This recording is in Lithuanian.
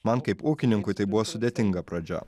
man kaip ūkininkui tai buvo sudėtinga pradžioje